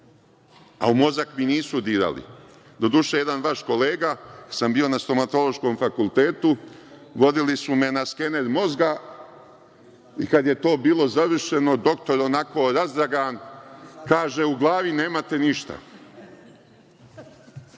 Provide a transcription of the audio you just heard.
a mozak mi nisu dirali. Doduše, jedan vaš kolega, kad sam bio na stomatološkom fakultetu vodili su me na skener mozga i kad je to bilo završeno, doktor onako razdragan kaže – u glavi nemate ništa.